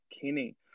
Kenny